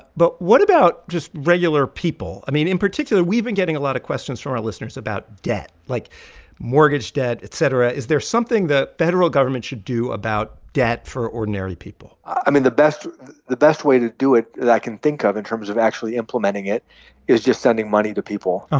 but what about just regular people? i mean, in particular, we've been getting a lot of questions from our listeners about debt like mortgage debt, et cetera. is there something the federal government should do about debt for ordinary people? i mean, the best the best way to do it that i can think of in terms of actually implementing it is just sending money to people. ah